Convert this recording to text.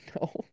No